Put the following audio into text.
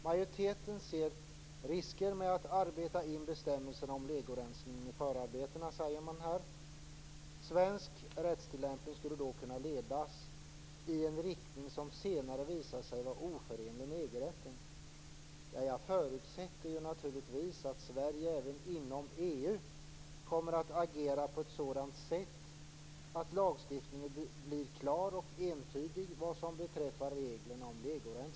Majoriteten ser risker med att arbeta in en bestämmelse om legoresning i förarbetena, säger man här. Svensk rättstillämpning skulle då kunna ledas i en riktning som senare visar sig vara oförenlig med EG rätten. Jag förutsätter naturligtvis att Sverige även inom EU kommer att agera på ett sådant sätt att lagstiftningen blir klar och entydig vad beträffar reglerna om legoresning.